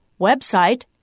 Website